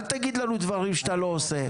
אל תגיד לנו דברים שאתה לא עושה.